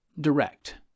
direct